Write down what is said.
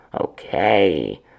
Okay